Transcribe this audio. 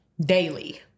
Daily